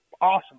awesome